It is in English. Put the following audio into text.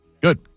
Good